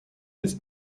this